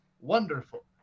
wonderful